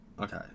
okay